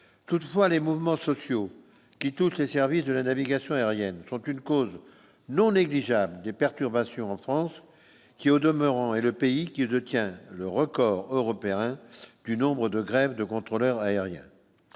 toutefois, les mouvements sociaux qui toutes les services de la navigation aérienne, je crois qu'une cause non négligeable des perturbations en France qui au demeurant est le pays qui de tient le record européen du nombre de grèves de contrôleurs aériens,